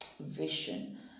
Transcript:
vision